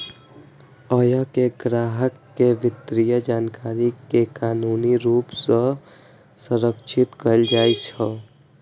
अय मे ग्राहक के वित्तीय जानकारी कें कानूनी रूप सं संरक्षित कैल जाइ छै